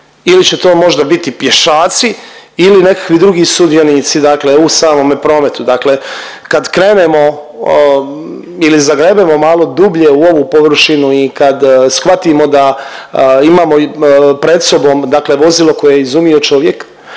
ili će to možda biti pješaci ili nekakvi drugi sudionici u samome prometu. Dakle, kad krenemo ili zagrebemo malo dublje u površnu i kad shvatimo da imamo i pred sobom vozilo koje je izumio čovjek